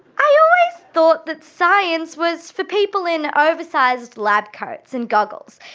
i always thought that science was for people in oversized lab coats and goggles.